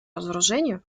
разоружению